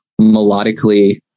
melodically